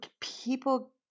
people